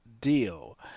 deal